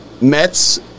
Mets